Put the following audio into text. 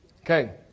Okay